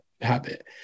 habit